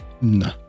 no